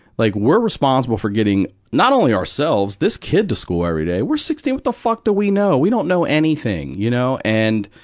like, we're responsible for getting not only ourselves, this kid to school every day. we're sixteen. what the fuck do we know? we don't know anything. you know? and,